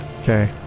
Okay